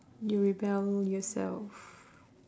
you rebel yourself